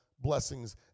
blessings